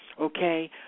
okay